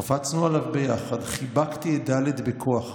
קפצנו עליו ביחד, חיבקתי את ד' בכוח.